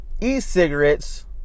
e-cigarettes